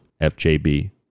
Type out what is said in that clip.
FJB